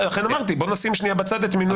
לכן אמרתי, בוא נשים שנייה בצד את מינוי השופטים.